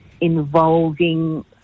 involving